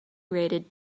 rated